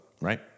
right